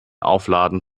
aufladen